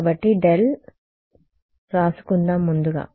కాబట్టి ∇ వ్రాసుకుందాం ముందుగా